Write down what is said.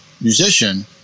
musician